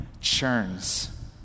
churns